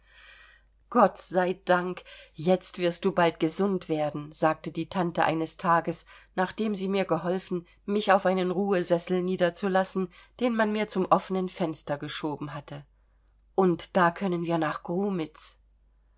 gott sei dank jetzt wirst du bald gesund werden sagte die tante eines tages nachdem sie mir geholfen mich auf einen ruhesessel niederzulassen den man mir zum offenen fenster geschoben hatte und da können wir nach grumitz